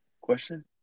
Question